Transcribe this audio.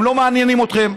הם לא מעניינים אתכם.